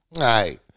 right